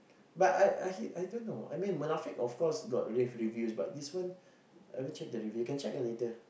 but I I hate I don't know I mean Munafik of course got rave review but this one I haven't check the review can check ah later